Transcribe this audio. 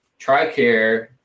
TRICARE